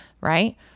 right